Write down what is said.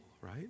right